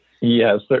Yes